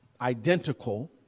identical